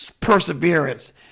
perseverance